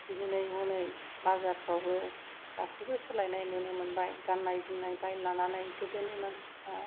दिनै हनै बाजारफ्रावबो गासिबो सोलायनाय नुनो मोनबाय गाननाय जोमनायनिफ्राय लानानै गोदोनि मानसिफ्रा